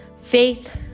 faith